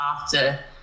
after-